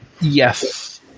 Yes